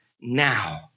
now